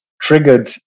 Triggered